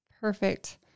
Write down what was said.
Perfect